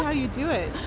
ah you do it